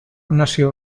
nació